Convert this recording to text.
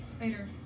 Later